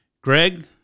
Greg